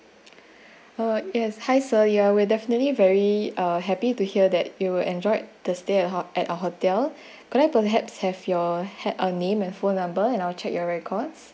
uh yes hi sir ya we're definitely very uh happy to hear that you were enjoyed the stay at hot~ at our hotel could I perhaps have your had your name and phone number and I will check your records